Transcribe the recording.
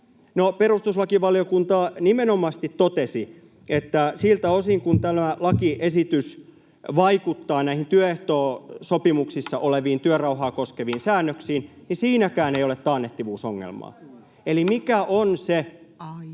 perustuslakivaliokunta nimenomaisesti totesi, että siltä osin kuin tämä lakiesitys vaikuttaa näihin työehtosopimuksissa oleviin, työrauhaa koskeviin säännöksiin, siinäkään ei ole taannehtivuusongelmaa.